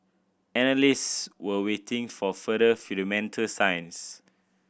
analysts were waiting for further fundamental signs